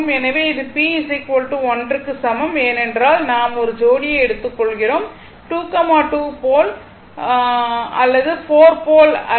எனவே இது p 1 க்கு சமம் ஏனென்றால் நாம் ஒரு ஜோடியை எடுத்துக்கொள்கிறோம் 2 2 போல் அல்லது 4 போல் அல்ல